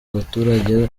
abaturage